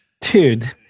Dude